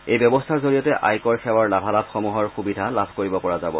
এই ব্যৱস্থাৰ জৰিয়তে আয়কৰ সেৱাৰ লাভালাভসমূহৰ সুবিধা লাভ কৰিব পৰা যাব